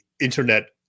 internet